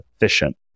efficient